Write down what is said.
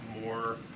more